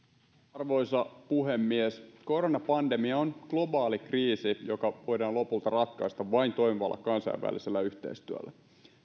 arvoisa puhemies koronapandemia on globaali kriisi joka voidaan lopulta ratkaista vain toimivalla kansainvälisellä yhteistyöllä